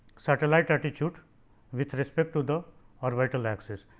satellite attitude with respect to the orbital axis.